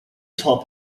top